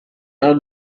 are